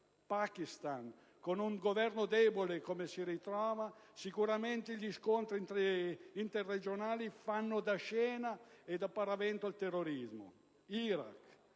Pakistan: con un Governo debole come quello che si ritrova, sicuramente gli scontri interregionali fanno da scena e da paravento al terrorismo. Iraq: